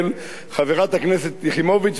חברת הכנסת יחימוביץ,